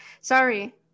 Sorry